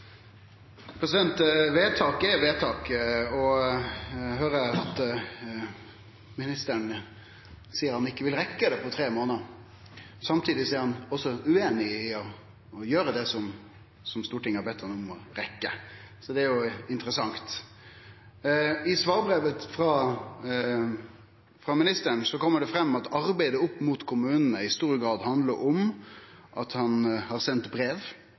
vedtak. Eg høyrer at ministeren seier at han ikkje vil rekkje det på tre månader. Samtidig er han ueinig i å gjere det som Stortinget har bedt han om å rekkje. Det er jo interessant. I svarbrevet frå ministeren kjem det fram at arbeidet opp mot kommunane i stor grad handlar om at han har sendt brev